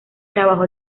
trabajó